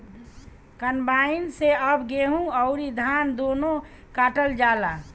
combine से अब गेहूं अउर धान दूनो काटल जाला